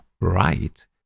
right